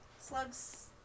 slugs